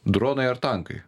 dronai ar tankai